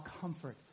comfort